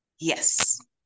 Yes